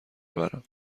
برم